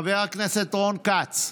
חבר הכנסת רון כץ,